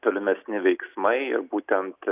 tolimesni veiksmai ir būtent